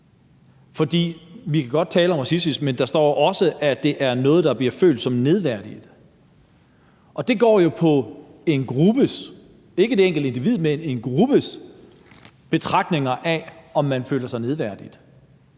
om det med at tale racistisk, men der står også det med, at det er noget, der bliver følt som nedværdigende. Og det går jo på en gruppes – ikke et enkelt individs, men en gruppes – betragtninger af, om man føler sig nedværdiget.